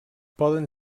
poden